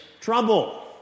trouble